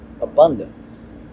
abundance